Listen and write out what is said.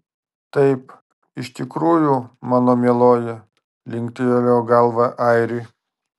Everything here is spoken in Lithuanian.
taip iš tikrųjų mano mieloji linktelėjo galva airiui